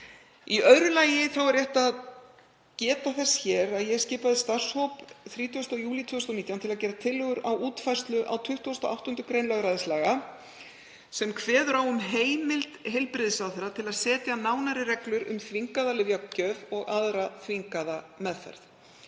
Í öðru lagi er rétt að geta þess að ég skipaði starfshóp 30. júlí 2019 til að gera tillögur að útfærslu á 28. gr. lögræðislaga sem kveður á um heimild heilbrigðisráðherra til að setja nánari reglur um þvingaða lyfjagjöf og aðra þvingaða meðferð.